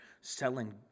selling